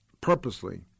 purposely